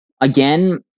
again